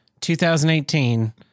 2018